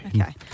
Okay